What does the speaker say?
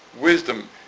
wisdom